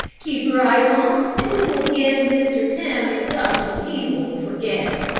keep right on and we will give mr. tim a ducking he won't forget.